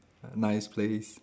nice place